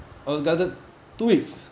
I was granted two weeks